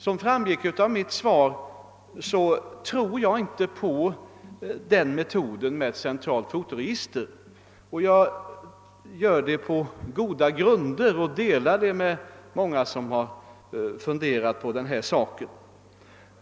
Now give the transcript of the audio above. Som framgår av mitt svar tror jag inte på metoden med ett centralt fotoregister, och jag har goda skäl för det. Min uppfattning därvidlag delas av många andra, som också har funderat över denna sak.